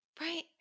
Right